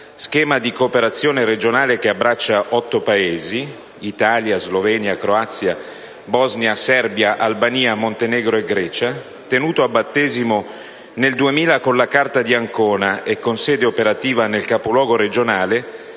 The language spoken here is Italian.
schema di cooperazione regionale che abbraccia otto paesi (Italia, Slovenia, Croazia, Bosnia, Serbia, Albania, Montenegro e Grecia), tenuto a battesimo nel 2000 con la Carta di Ancona e con sede operativa nel capoluogo regionale,